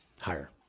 higher